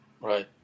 Right